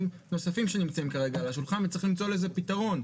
נוספים שנמצאים כרגע על השולחן וצריך למצוא לזה פתרון.